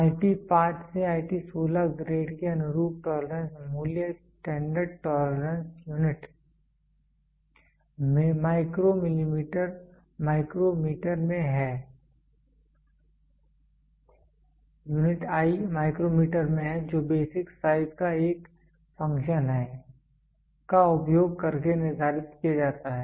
IT 5 से IT 16 grade के अनुरूप टोलरेंस मूल्य एक standard tolerance unit I micrometre में है जो बेसिक साइज का एक फ़ंक्शन है का उपयोग करके निर्धारित किया जाता है